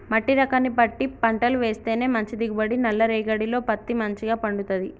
మట్టి రకాన్ని బట్టి పంటలు వేస్తేనే మంచి దిగుబడి, నల్ల రేగఢీలో పత్తి మంచిగ పండుతది